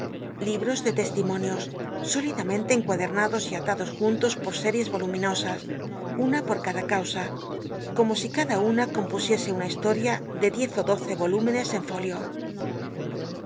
libros de testimonios sólidamente encuadernados y atados juntos pot sél'i r oluminosas una por cada causa como si cada una compusiese una historia de diez ó doce rolúmcncs en fólio